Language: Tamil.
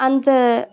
அந்த